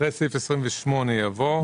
אחרי סעיף 28 יבוא: